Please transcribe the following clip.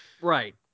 Right